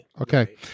Okay